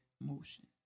Motion